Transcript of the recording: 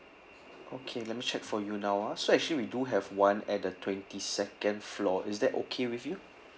okay let me check for you now ah so actually we do have one at the twenty second floor is that okay with you